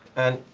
and,